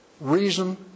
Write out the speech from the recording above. Reason